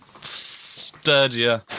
sturdier